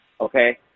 okay